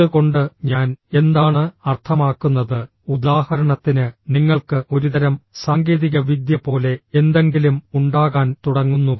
ഇത് കൊണ്ട് ഞാൻ എന്താണ് അർത്ഥമാക്കുന്നത് ഉദാഹരണത്തിന് നിങ്ങൾക്ക് ഒരുതരം സാങ്കേതികവിദ്യ പോലെ എന്തെങ്കിലും ഉണ്ടാകാൻ തുടങ്ങുന്നു